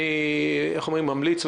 אני ממליץ,